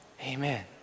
Amen